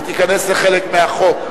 היא תיכנס לחלק מהחוק.